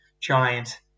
giant